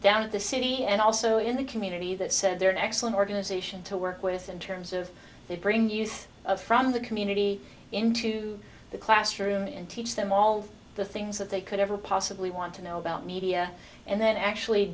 down at the city and also in the community that said they're an excellent organization to work with in terms of they bring youth from the community into the classroom and teach them all the things that they could ever possibly want to know about media and then actually